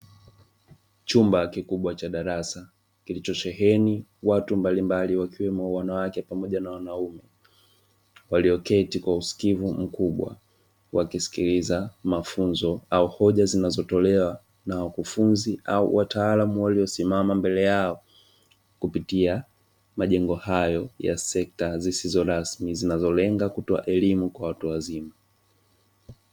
Chumba kikubwa cha darasa kilichosheheni watu mbalimbali wakiwemo wanawake pamoja na wanaume walioketi kwa usikivu mkubwa, wakisikiliza mafunzo au hoja zinazotolewa na wakufunzi au wataalamu, waliosimama mbele yao kupitia majengo hayo ya sekta zisizo rasmi zinazolenga kutoa elimu kwa watu wazima.